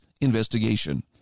investigation